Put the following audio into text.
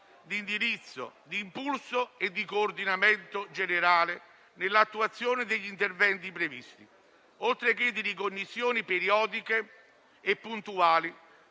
di indirizzo, di impulso e di coordinamento generale nell'attuazione degli interventi previsti, oltre che di ricognizioni periodiche e puntuali